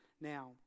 Now